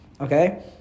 Okay